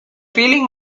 feeling